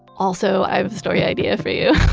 also, i have a story idea for you.